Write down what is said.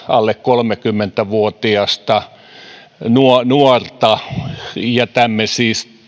alle kolmekymmentä vuotiasta nuorta jätämme siis